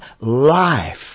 life